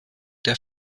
der